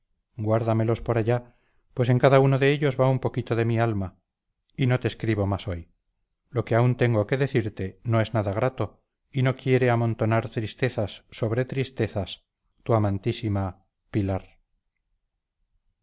hondos guárdamelos por allá pues en cada uno de ellos va un poquito de mi alma y no te escribo más hoy lo que aún tengo que decirte no es nada grato y no quiere amontonar tristezas sobre tristezas tu amantísima pilar